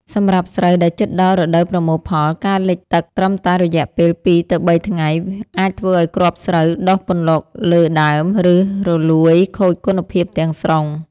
សម្រាប់ស្រូវដែលជិតដល់រដូវប្រមូលផល ការលិចទឹកត្រឹមតែរយៈពេល ២ ទៅ ៣ ថ្ងៃ អាចធ្វើឱ្យគ្រាប់ស្រូវដុះពន្លកលើដើម ឬរលួយខូចគុណភាពទាំងស្រុង។